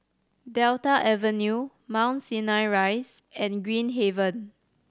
Delta Avenue Mount Sinai Rise and Green Haven